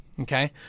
Okay